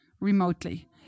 remotely